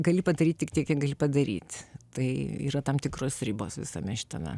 gali padaryt tik tiek kiek gali padaryt tai yra tam tikros ribos visame šitame